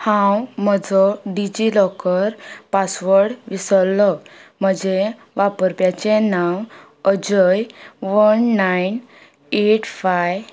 हांव म्हजो डिजिलॉकर पासवड विसरलो म्हजें वापरप्याचे नांव Ajay one nine eight five